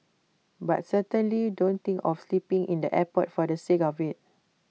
but certainly don't think of sleeping in the airport for the sake of IT